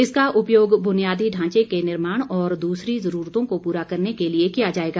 इसका उपयोग बुनियादी ढांचे के निर्माण और दूसरी जरूरतों को पूरा करने के लिये किया जाएगा